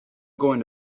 going